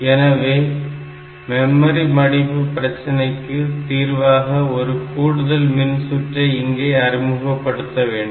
எனவே மெமரி மடிப்பு பிரச்சனைக்கு தீர்வாக ஒரு கூடுதல் மின்சுற்றை இங்கே அறிமுகப்படுத்த வேண்டும்